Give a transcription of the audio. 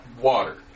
water